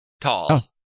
tall